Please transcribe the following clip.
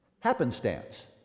happenstance